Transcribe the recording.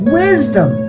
wisdom